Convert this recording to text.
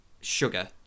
sugar